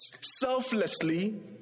selflessly